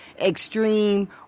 extreme